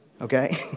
okay